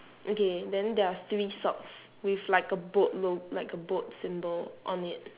okay then there are three socks with like a boat lo~ like a boat symbol on it